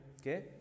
okay